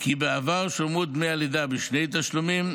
כי בעבר שולמו דמי הלידה בשני תשלומים,